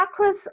chakras